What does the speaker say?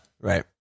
right